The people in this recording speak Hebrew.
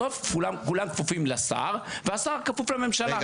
בסוף כולם כפופים לשר והשר כפוף לממשלה.